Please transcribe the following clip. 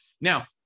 now